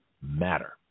matter